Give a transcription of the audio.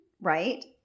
right